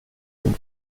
den